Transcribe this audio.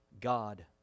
God